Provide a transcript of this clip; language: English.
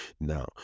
now